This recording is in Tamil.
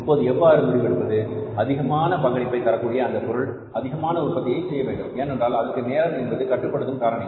இப்போது எவ்வாறு முடிவெடுப்பது அதிகமான பங்களிப்பை தரக்கூடிய அந்தப் பொருள் அதிகமாக உற்பத்தியை செய்ய வேண்டும் ஏனென்றால் அதற்கு நேரம் என்பது கட்டுப் படுத்தும் காரணி